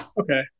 Okay